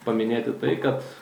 paminėti tai kad